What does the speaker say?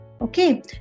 okay